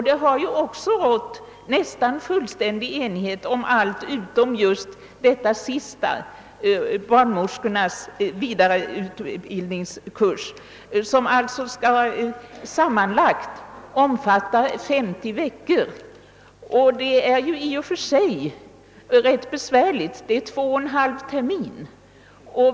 Det har också rått nästan fullständig enighet utom just beträffande barnmorskornas vidareutbildningskurs, som alltså skall omfatta sammanlagt 50 veckor. Denna kurslängd är i och för sig rätt besvärlig, den omfattar två och en halv termin.